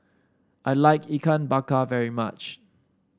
I like Ikan Bakar very much